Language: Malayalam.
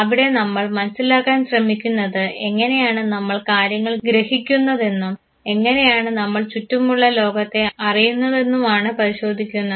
അവിടെ നമ്മൾ മനസ്സിലാക്കാൻ ശ്രമിക്കുന്നത് എങ്ങനെയാണ് നമ്മൾ കാര്യങ്ങൾ ഗ്രഹിക്കുന്നതെന്നും എങ്ങനെയാണ് നമ്മൾ ചുറ്റുമുള്ള ലോകത്തെ അറിയുന്നതെന്നുമാണ് പരിശോധിക്കുന്നത്